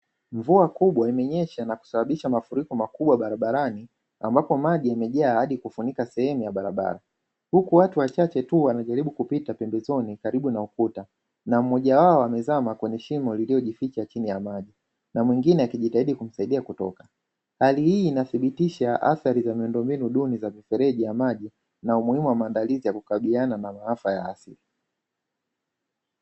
Mvua kubwa imenyesha na kusababisaha mafuriko makubwa barabarani ambapo maji yamejaa hadi kufunika sehemu ya barabara huku watu wachache tu wanajaribu kupita pembezoni karibu na ukuta, na mmoja wao amezama kwenye shimo lililojificha chini ya maji na mwingine akijitahidi kumsaidia kutoka. Hali hii inathibitisha athari za miundombinu duni za mifereji ya maji na umuhimu wa maandalizi ya kukabiliana na maafa ya asili.